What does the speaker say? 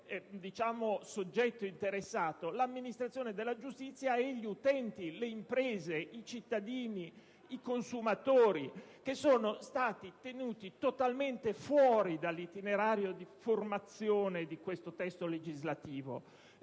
principale soggetto interessato l'amministrazione della giustizia, e poi gli utenti, le imprese, i cittadini, i consumatori, i quali sono stati invece tenuti totalmente fuori dall'itinerario di formazione di questo testo legislativo;